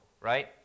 right